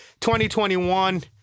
2021